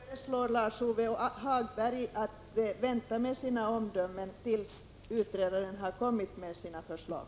Fru talman! Jag föreslår Lars-Ove Hagberg att vänta med sina omdömen tills utredaren har kommit med sina förslag.